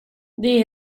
det